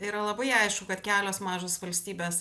yra labai aišku kad kelios mažos valstybės